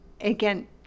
again